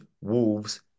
Wolves